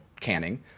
canning